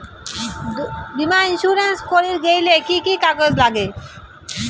বীমা ইন্সুরেন্স করির গেইলে কি কি কাগজ নাগে?